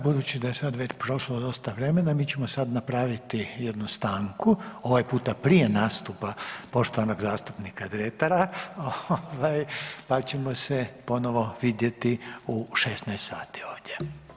Budući da je sada već prošlo dosta vremena, mi ćemo sada napraviti jednu stanku, ovaj puta prije nastupa poštovanog zastupnika Dretara pa ćemo se ponovo vidjeti u 16:00 sati ovdje.